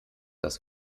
das